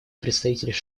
представитель